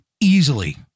easily